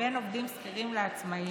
בין עובדים שכירים לעצמאים,